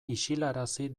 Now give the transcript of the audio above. isilarazi